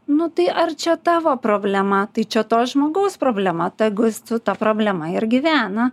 nu tai ar čia tavo problema tai čia to žmogaus problema tegu jis su ta problema ir gyvena